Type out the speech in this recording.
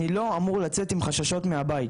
אני לא אמור לצאת עם חששות מהבית.